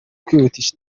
kwihutisha